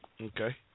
Okay